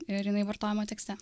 ir jinai vartojama tekste